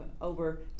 over